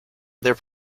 their